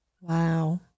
Wow